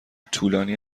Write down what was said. طولانی